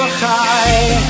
high